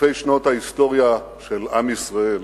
אלפי שנות ההיסטוריה של עם ישראל